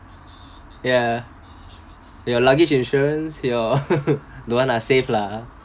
ya your luggage insurance your don't want lah save lah